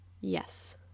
yes